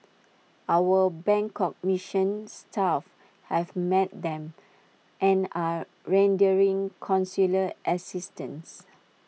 our Bangkok mission staff have met them and are rendering consular assistance